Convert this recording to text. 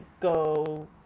go